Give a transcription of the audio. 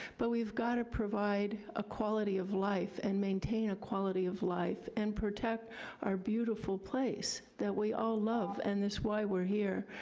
but we've gotta provide a quality of life and maintain a quality of life and protect our beautiful place that we all love, and that's why we're here,